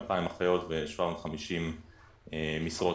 2,000 אחיות ו-750 משרות